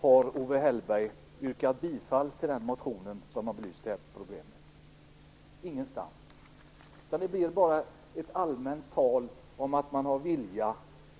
har Owe Hellberg tillstyrkt någon motion som har belyst det här problemet? Ingenstans! Det blir bara ett allmänt tal om att man har vilja.